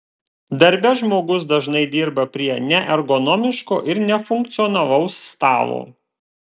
darbe žmogus dažnai dirba prie neergonomiško ir nefunkcionalaus stalo